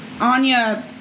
Anya